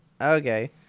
okay